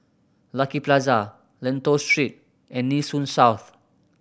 Lucky Plaza Lentor Street and Nee Soon South